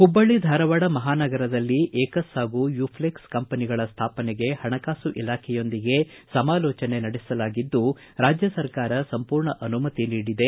ಹುಬ್ಬಳ್ಳಿ ಧಾರವಾಡ ಮಹಾನಗರದಲ್ಲಿ ಏಕಸ್ ಹಾಗೂ ಯುಫ್ಲೇಕ್ಸ್ ಕಂಪನಿಗಳ ಸ್ಥಾಪನೆಗೆ ಹಣಕಾಸು ಇಲಾಖೆಯೊಂದಿಗೆ ಸಮಾಲೋಚನೆ ನಡೆಸಲಾಗಿದ್ದು ರಾಜ್ಯ ಸರ್ಕಾರ ಸಂಪೂರ್ಣ ಅನುಮತಿ ನೀಡಿದೆ